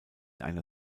einer